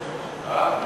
נתקבלה.